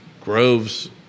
Groves